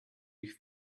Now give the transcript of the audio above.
ich